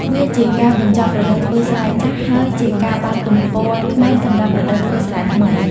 វាជាការបញ្ចប់រដូវធ្វើស្រែចាស់ ហើយជាការបើកទំព័រថ្មីសម្រាប់រដូវធ្វើស្រែថ្មី។